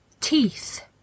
Teeth